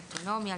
באוטונומיה,